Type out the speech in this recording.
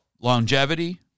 longevity